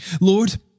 Lord